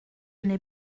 n’ai